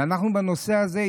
ואנחנו בנושא הזה,